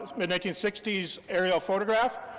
mid nineteen sixty s aerial photograph,